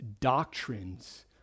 doctrines